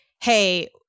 Hey